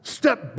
step